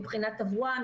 מבחינת תברואה,